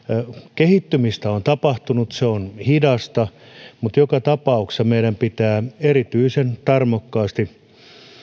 kehittymistä on tapahtunut se on hidasta mutta joka tapauksessa meidän pitää erityisen tarmokkaasti